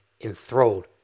enthralled